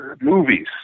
movies